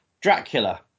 Dracula